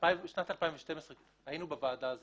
בשנת 2012 היינו בוועדה הזאת.